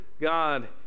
God